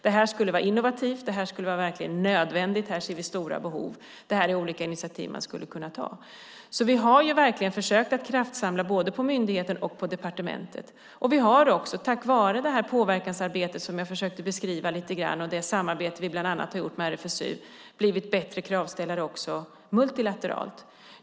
Det är innovativt och nödvändigt, här finns stora behov. Här finns olika initiativ som kan tas. Vi har verkligen försökt att kraftsamla på både myndigheten och departementet. Tack vare påverkansarbetet som jag har försökt att beskriva och samarbetet med RFSU har vi blivit bättre kravställare multilateralt.